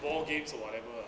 ball games or whatever